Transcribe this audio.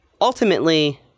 ultimately